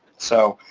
so,